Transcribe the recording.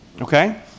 Okay